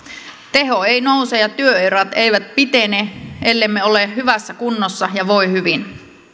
teho ei nouse ja työurat eivät pitene ellemme ole hyvässä kunnossa ja voi hyvin